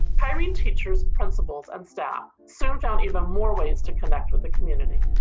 kyrene teachers, principals and staff soon found even more ways to connect with the community.